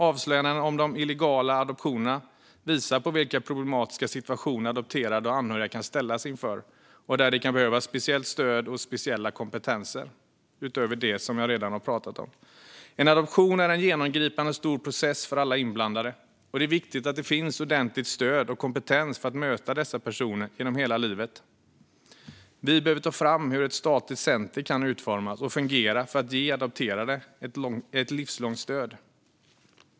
Avslöjandena om illegala adoptioner visar på vilka problematiska situationer adopterade och anhöriga kan ställas inför, och där det kan behövas speciellt stöd och speciella kompetenser utöver det jag redan har talat om. En adoption är en genomgripande och stor process för alla inblandade, och det är viktigt att det finns ordentligt stöd och kompetens för att möta dessa personer genom hela livet. Vi behöver ta fram hur ett statligt center kan utformas och fungera för att ge adopterade ett livslångt stöd.